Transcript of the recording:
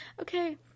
Okay